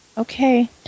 Okay